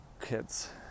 kids